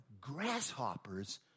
grasshoppers